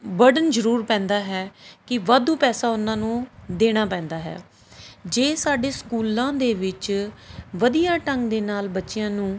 burden ਜ਼ਰੂਰ ਪੈਂਦਾ ਹੈ ਕਿ ਵਾਧੂ ਪੈਸਾ ਉਨ੍ਹਾਂ ਨੂੰ ਦੇਣਾ ਪੈਂਦਾ ਹੈ ਜੇ ਸਾਡੇ ਸਕੂਲਾਂ ਦੇ ਵਿੱਚ ਵਧੀਆ ਢੰਗ ਦੇ ਨਾਲ ਬੱਚਿਆਂ ਨੂੰ